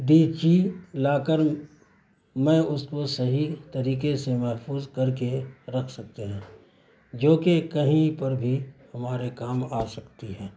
D چی لاکر میں اس کو صحیح طریقے سے محفوظ کر کے رکھ سکتے ہیں جوکہ کہیں پر بھی ہمارے کام آ سکتی ہیں